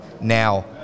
Now